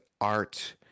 art